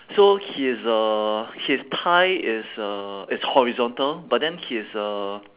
so he's uh his thigh is uh is horizontal but then his uh